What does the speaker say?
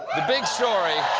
the big story